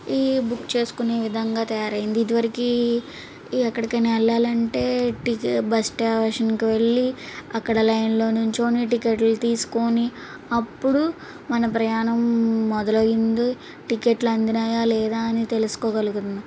ఈ బుక్ చేసుకునే విధంగా తయారైంది ఇదివరికీ ఎక్కడికైనా వెళ్ళాలంటే టీకే బస్ స్టేషన్కి వెళ్ళి అక్కడ లైన్లో నిలుచుని టికెట్లు తీసుకొని అప్పుడు మన ప్రయాణం మొదలైంది టికెట్లు అందినాయా లేదా అని తెలుసుకోగలం